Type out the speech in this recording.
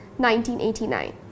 1989